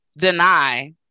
deny